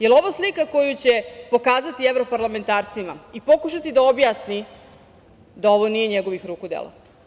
Jel ovo slika koju će pokazati evroparlamentarcima i pokušati da objasni da ovo nije njegovih ruku delo?